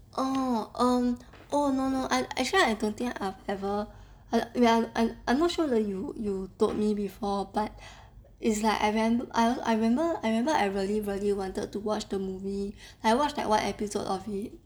oh um oh no no I'm I actually I don't think I ever heard ya I I'm not sure that you you told me before but it's like I rem~ I I remember I remember I really really wanted to watch the movie I watched like one episode of it